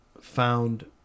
found